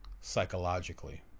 psychologically